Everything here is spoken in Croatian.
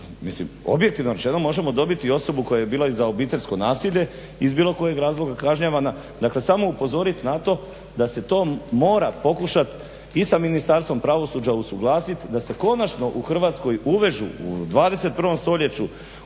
mislim objektivno rečeno možemo dobiti i osobu koja je bila i za obiteljsko nasilje iz bilo kojeg razloga kažnjavana. Dakle, samo upozorit na to da se to mora pokušat i sa Ministarstvom pravosuđa usuglasit, da se konačno u Hrvatskoj uvežu u 21. stoljeću